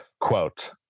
quote